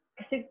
Kasi